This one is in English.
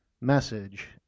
message